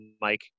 Mike